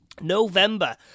November